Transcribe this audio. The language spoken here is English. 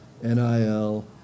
NIL